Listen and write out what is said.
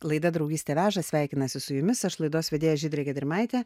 laida draugystė veža sveikinasi su jumis aš laidos vedėja žydrė gedrimaitė